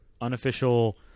unofficial